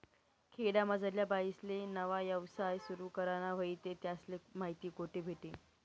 खेडामझारल्या बाईसले नवा यवसाय सुरु कराना व्हयी ते त्यासले माहिती कोठे भेटी?